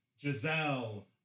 Giselle